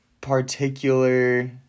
particular